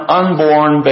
unborn